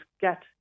get